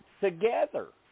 together